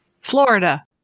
Florida